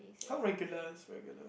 how regular is regular